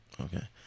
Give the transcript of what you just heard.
Okay